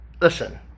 Listen